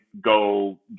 go